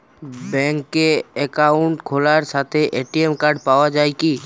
ব্যাঙ্কে অ্যাকাউন্ট খোলার সাথেই এ.টি.এম কার্ড পাওয়া যায় কি?